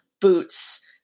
boots